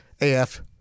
AF